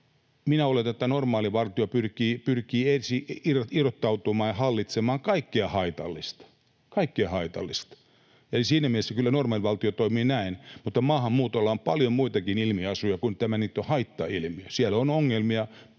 Minä oletan, että normaali valtio pyrkii ensin irrottautumaan ja hallitsemaan kaikkea haitallista. Kaikkea haitallista. Eli siinä mielessä kyllä normaali valtio toimii näin, mutta maahanmuutolla on paljon muitakin ilmiasuja kuin tämä niin sanottu haittailmiö. Siellä on ongelmia,